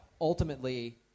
ultimately